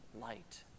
light